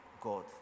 God